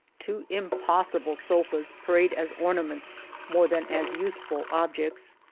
two impossible sofas parade as ornaments more than as useful ob jects,